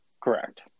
Correct